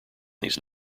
these